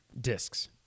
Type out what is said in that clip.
discs